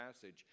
passage